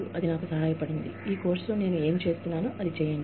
అది నాకు సహాయపడింది ఈ కోర్సులో నేను ఏమి చేస్తున్నానో అది చేయండి